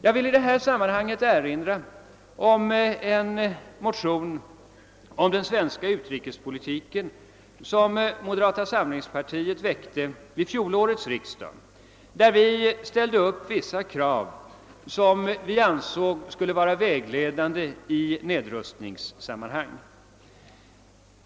Jag vill i detta sammanhang erinra om en motion om den svenska utrikespolitiken som moderata samlingspartiet väckte vid fjolårets riksdag och där vi ställde upp vissa krav som vi ansåg skulle vara vägledande i nedrustningssammanhang.